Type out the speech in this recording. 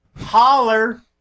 Holler